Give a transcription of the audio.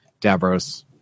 Davros